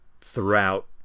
throughout